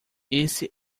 esse